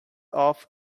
off